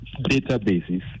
databases